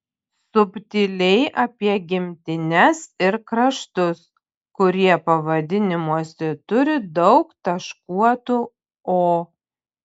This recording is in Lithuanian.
subtiliai apie gimtines ir kraštus kurie pavadinimuose turi daug taškuotų o